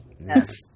Yes